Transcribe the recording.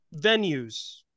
venues